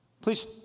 Please